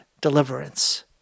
deliverance